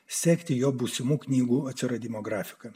sekti jo būsimų knygų atsiradimo grafiką